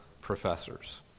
professors